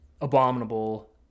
abominable